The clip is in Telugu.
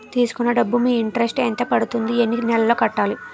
తీసుకున్న డబ్బు మీద ఇంట్రెస్ట్ ఎంత పడుతుంది? ఎన్ని నెలలో కట్టాలి?